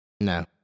No